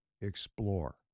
explore